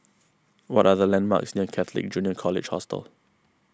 what are the landmarks near Catholic Junior College Hostel